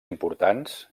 importants